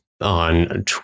on